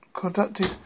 conducted